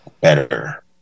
better